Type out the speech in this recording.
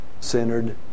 centered